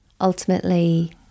ultimately